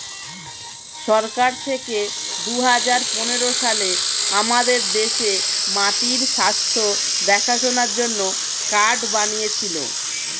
সরকার থেকে দুহাজার পনেরো সালে আমাদের দেশে মাটির স্বাস্থ্য দেখাশোনার জন্যে কার্ড বানিয়েছিলো